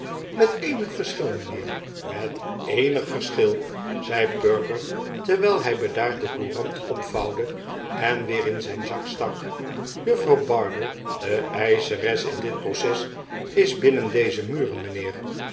met eenig verschil mijnheer met eenig verschil zei perker terwijl hij bedaard de courant opvouwde en weer in zijn zak stak juffrouw bardell de eischeres in dit proces is binnen deze muren mijnheer